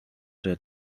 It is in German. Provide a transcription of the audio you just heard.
der